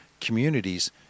communities